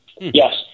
yes